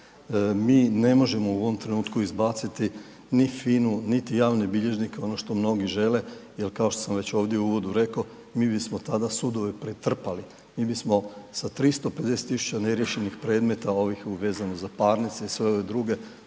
Mi ne možemo u ovom trenutku izbaciti ni FINA-u, niti javne bilježnike oni što mnogi žele jer kao što sam ovdje u uvodu rekao mi bismo tada sudove pretrpali, mi bismo sa 350 tisuća neriješenih predmeta vezanih za parnice i sve ove druge